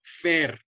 fair